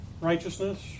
righteousness